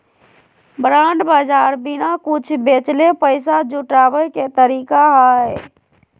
bond बाज़ार बिना कुछ बेचले पैसा जुटाबे के तरीका हइ